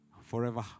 forever